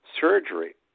surgery